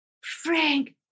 Frank